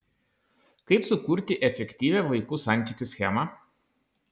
kaip sukurti efektyvią vaikų santykių schemą